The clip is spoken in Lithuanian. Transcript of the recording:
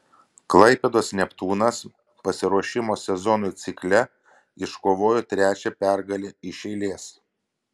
klaipėdos neptūnas pasiruošimo sezonui cikle iškovojo trečią pergalę iš eilės